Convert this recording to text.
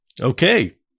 Okay